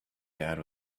dad